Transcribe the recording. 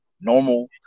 normal